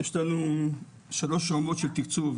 יש לנו 3 רמות של תקצוב